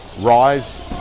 Rise